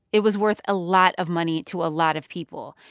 it was worth a lot of money to a lot of people.